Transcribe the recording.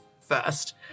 first